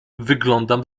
wyglądam